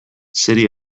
zeri